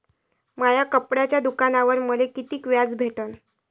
माया कपड्याच्या दुकानावर मले कितीक व्याज भेटन?